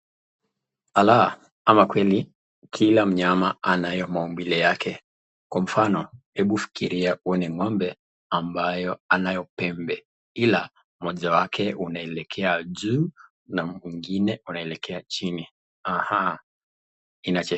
Alaa, ama kweli, kila mnyama anayo maumbile yake. Kwa mfano, hebu fikiria uone ng'ombe ambayo anayo pembe ila moja wake unaelekea juu na mwingine unaelekea chini, aha ina.